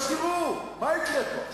מה יקרה פה עכשיו,